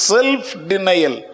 Self-denial